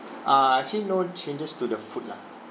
err actually no changes to the food lah